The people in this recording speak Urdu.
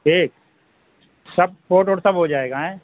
ٹھیک سب پورٹ وورٹ سب ہو جائے گا آیں